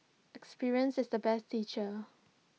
experience is the best teacher